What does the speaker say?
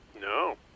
No